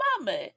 mama